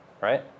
right